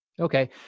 Okay